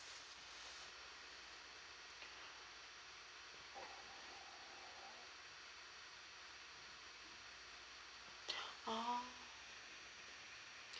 oh